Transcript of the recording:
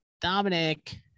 Dominic